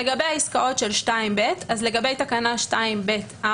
לגבי עסקאות לפי 2ב. לגבי תקנה 2ב(4).